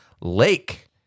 Lake